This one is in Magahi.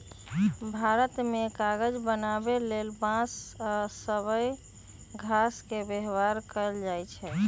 भारत मे कागज बनाबे लेल बांस आ सबइ घास के व्यवहार कएल जाइछइ